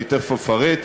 אני תכף אפרט,